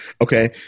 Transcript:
Okay